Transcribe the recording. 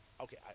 okay